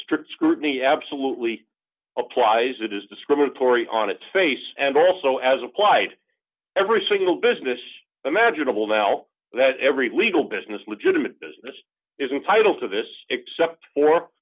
strict scrutiny absolutely applies it is discriminatory on its face and also as applied every single business imaginable now that every legal business legitimate business is entitled to this except for